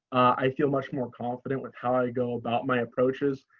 i feel much more confident with how i go about my approaches,